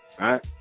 right